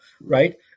Right